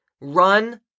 run